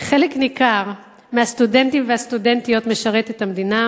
"חלק ניכר מהסטודנטים ומהסטודנטיות משרת את המדינה,